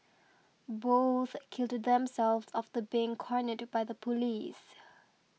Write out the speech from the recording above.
both killed themselves after being cornered by the police